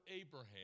Abraham